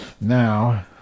Now